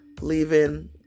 leaving